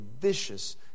vicious